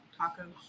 Tacos